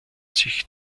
sich